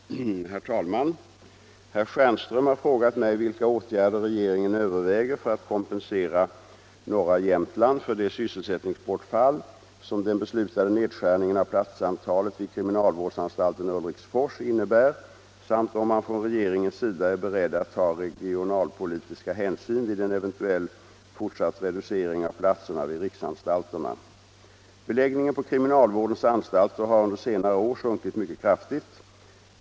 Herr talman! Herr Stjernström har frågat mig vilka åtgärder regeringen överväger för att kompensera norra Jämtland för det sysselsättningsbortfall som den beslutade nedskärningen av platsantalet vid kriminalvårdsanstalten Ulriksfors innebär samt om man från regeringens sida är beredd att ta regionalpolitiska hänsyn vid en eventuell fortsatt reducering av platserna vid riksanstalterna. Beläggningen på kriminalvårdens anstalter har under senare år sjunkit mycket kraftigt.